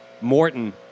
Morton